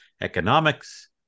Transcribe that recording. economics